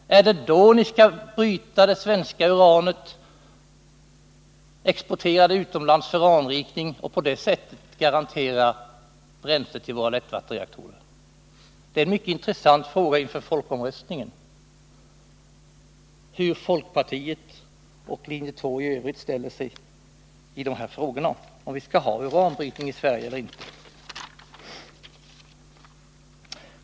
Är det då ni skall bryta det svenska uranet, exportera det utomlands för anrikning och på det sättet garantera bränsle till våra lättvattenreaktorer? Det är mycket intressant inför folkomröstningen att fråga hur folkpartiet och linje 2 i övrigt ställer sig i de här frågorna, om vi skall ha en uranbrytning i Sverige eller inte.